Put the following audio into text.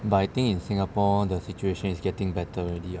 but I think in singapore the situation is getting better already ah